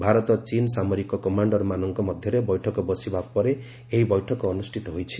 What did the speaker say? ଭାରତ ଚୀନ୍ ସାମରିକ କମାଣ୍ଡରମାନଙ୍କ ମଧ୍ୟରେ ବୈଠକ ବସିବାର ପରେ ଏହି ବୈଠକ ଅନୁଷ୍ଠିତ ହୋଇଛି